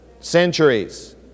centuries